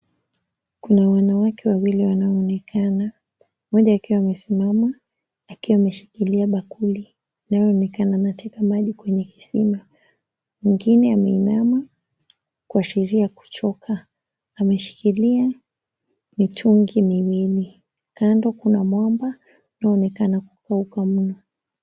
Kuna wanawake wawili wanaonekana mmoja akiwa amesimama akiwa ameshikilia bakuli na anaonekana akiteka maji kwenye kisima , mwingine ameinama kuashiria kuchoka ameshikilia mitungi minne kando Kuna mwamba unaonekana Kwa ukamili.